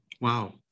Wow